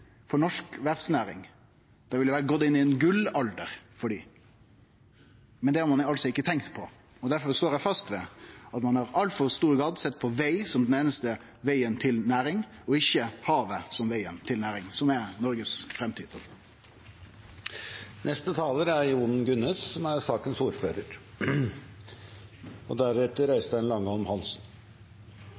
for norsk verftsnæring, hadde vi gått inn i ein gullalder for dei. Men det har ein altså ikkje tenkt på. Difor står eg fast ved at ein i altfor stor grad har sett på veg som den einaste vegen til næring, og ikkje havet som vegen til næring, som er Noregs framtid. Jeg tror ikke det er siste gang vi snakker verken om veibygging eller skipsbygging, som